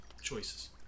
choices